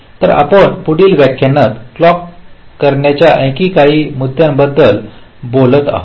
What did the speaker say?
तर आपण पुढील व्याख्यानात क्लॉक करण्याच्या आणखी काही मुद्द्यांबद्दल बोलत आहोत